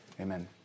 Amen